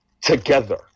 together